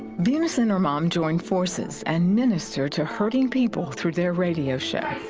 venus and her mom joined forces and ministered to hurting people through their radio show.